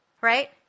Right